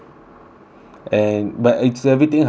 and but it's everything halal right